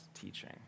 teaching